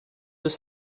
deux